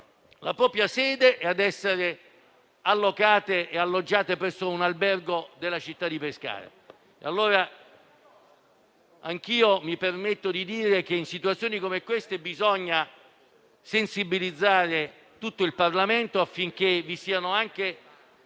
la propria sede per essere alloggiate presso un albergo della città. Anch'io mi permetto di dire che in situazioni come queste bisogna sensibilizzare tutto il Parlamento affinché si adottino